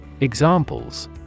Examples